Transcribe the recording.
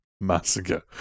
massacre